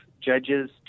judges